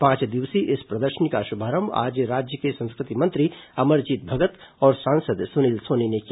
पांच दिवसीय इस प्रदर्शनी का शुभारंभ आज राज्य के संस्कृति मंत्री अमरजीत भगत और सांसद सुनील सोनी ने किया